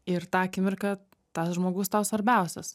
ir tą akimirką tas žmogus tau svarbiausias